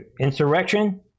insurrection